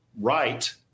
right